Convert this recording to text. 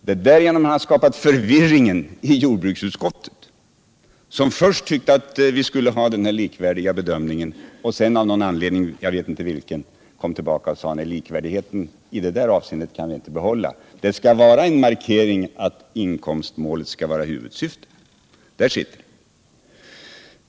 Det har också Fredagen den skapat förvirring i jordbruksutskottet, som först tyckte att vi skulle ha 16 december 1977 en likvärdig bedömning av de olika målen men sedan av någon anledning —- jag vet inte vilken — ändrade sig och uttalade att en sådan likvärdighet — Jordbrukspolitiinte kunde behållas. I stället skulle det markeras att inkomstmålet skall ken, m.m. vara huvudsyftet. Där skiljer sig våra uppfattningar.